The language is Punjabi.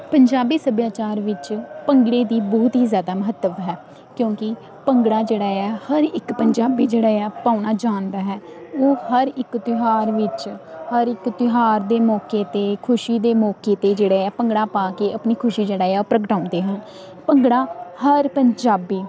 ਪੰਜਾਬੀ ਸੱਭਿਆਚਾਰ ਵਿੱਚ ਭੰਗੜੇ ਦੀ ਬਹੁਤ ਹੀ ਜ਼ਿਆਦਾ ਮਹੱਤਵ ਹੈ ਕਿਉਂਕਿ ਭੰਗੜਾ ਜਿਹੜਾ ਆ ਹਰ ਇੱਕ ਪੰਜਾਬੀ ਜਿਹੜਾ ਆ ਪਾਉਣਾ ਜਾਣਦਾ ਹੈ ਉਹ ਹਰ ਇੱਕ ਤਿਉਹਾਰ ਵਿੱਚ ਹਰ ਇੱਕ ਤਿਉਹਾਰ ਦੇ ਮੌਕੇ ਅਤੇ ਖੁਸ਼ੀ ਦੇ ਮੌਕੇ 'ਤੇ ਜਿਹੜੇ ਆ ਭੰਗੜਾ ਪਾ ਕੇ ਆਪਣੀ ਖੁਸ਼ੀ ਜਿਹੜਾ ਆ ਪ੍ਰਗਟਾਉਂਦੇ ਹਨ ਭੰਗੜਾ ਹਰ ਪੰਜਾਬੀ